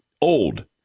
old